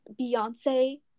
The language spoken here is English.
Beyonce